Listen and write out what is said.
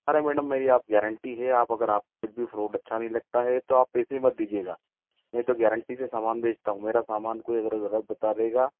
अरे मैडम मेरी गारंटी है आप अगर आप कुछ भी फ्रूट अच्छा नहीं लगता है तो आप पैसे मत दीजिएगा मैं तो गारंटी से सामान बेचता हूँ मेरा सामान कोई अगर बता देगा